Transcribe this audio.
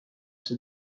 see